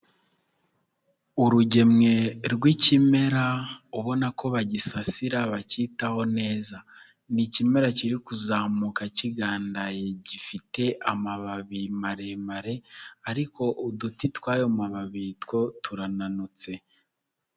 Urugemwe rw'ikimera ubona ko bagisasira bacyitaho neza ni ikimera kiri kuzamuka kigandaye gifite amababi maremare ariko uduti twayo mababi two turananutse.